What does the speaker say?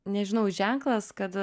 nežinau ženklas kad